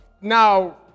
Now